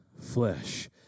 flesh